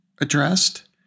addressed